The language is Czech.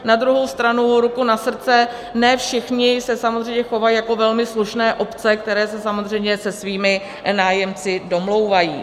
Na druhou stranu ruku na srdce, ne všichni se samozřejmě chovají jako velmi slušné obce, které se samozřejmě se svými nájemci domlouvají.